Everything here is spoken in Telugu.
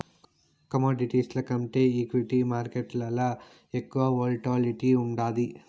కమోడిటీస్ల కంటే ఈక్విటీ మార్కేట్లల ఎక్కువ వోల్టాలిటీ ఉండాది